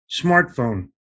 smartphone